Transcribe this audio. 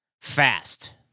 Fast